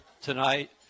tonight